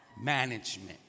management